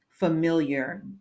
familiar